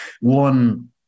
one